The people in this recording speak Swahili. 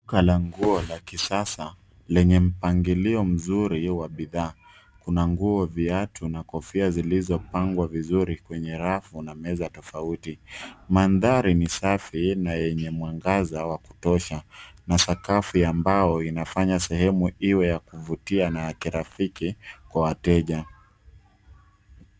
Duka la nguo la kisasa lenye mpangilio mzuri wa bidhaa. Kuna nguo, viatu, na kofia zilizopangwa vizuri kwenye rafu na meza tofauti. Mandhari ni safi na yenye mwangaza wa kutosha na sakafu ya mbao inafanya sehemu iwe ya kuvutia na ya kirafiki kwa wateja.